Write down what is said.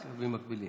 זה מקבילים.